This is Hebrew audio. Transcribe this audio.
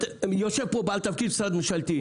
יושב פה בעל תפקיד במשרד ממשלתי.